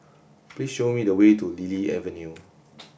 please show me the way to Lily Avenue